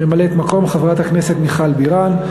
ממלאת-מקום: חברת הכנסת מיכל בירן,